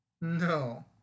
No